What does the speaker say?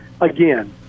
again